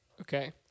Okay